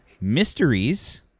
mysteries